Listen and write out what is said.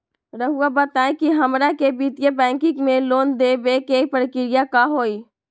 रहुआ बताएं कि हमरा के वित्तीय बैंकिंग में लोन दे बे के प्रक्रिया का होई?